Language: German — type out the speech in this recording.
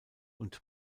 und